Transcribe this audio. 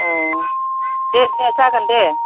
अह दे दे जागोन दे